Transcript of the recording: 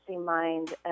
mind